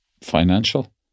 financial